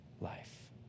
life